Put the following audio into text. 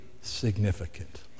significant